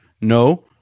No